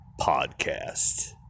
podcast